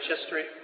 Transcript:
History